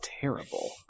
terrible